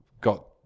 got